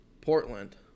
Portland